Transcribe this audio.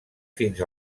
fins